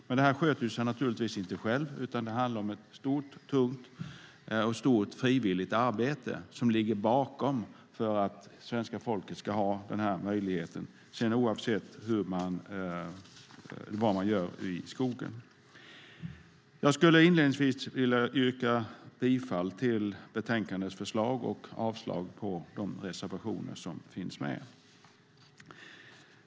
Men det här sköter sig naturligtvis inte självt, utan det ligger ett stort och tungt frivilligt arbete bakom denna möjlighet för svenska folket, oavsett vad man gör i skogen. Jag vill till att börja med yrka bifall till betänkandets förslag och avslag på reservationerna.